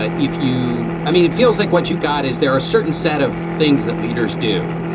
ah if you i mean, it feels like what you've got. is there a certain set of things that leaders do?